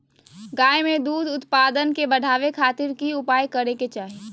गाय में दूध उत्पादन के बढ़ावे खातिर की उपाय करें कि चाही?